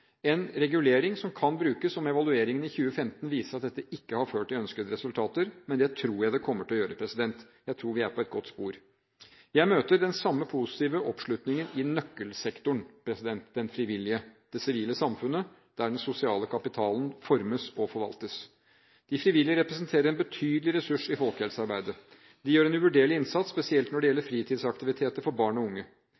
en regulering som kan brukes, om evalueringen i 2015 viser at dette ikke har ført til de ønskede resultater, men det tror jeg det kommer til å gjøre. Jeg tror vi er på et godt spor. Jeg møter den samme positive oppslutningen i nøkkelsektoren – den frivillige sektor, det sivile samfunnet, der den sosiale kapitalen formes og forvaltes. De frivillige representerer en betydelig ressurs i folkehelsearbeidet. De gjør en uvurderlig innsats, spesielt når det